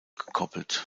gekoppelt